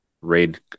raid